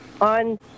on